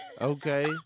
Okay